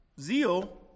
Zeal